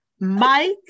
Mike